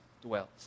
dwells